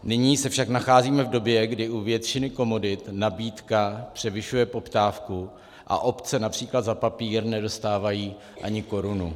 Nyní se však nacházíme v době, kdy u většiny komodit nabídka převyšuje poptávku a obce například za papír nedostávají ani korunu.